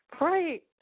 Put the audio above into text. Right